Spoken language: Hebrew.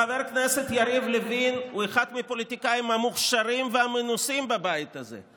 חבר הכנסת יריב לוין הוא אחד מהפוליטיקאים המוכשרים והמנוסים בבית הזה.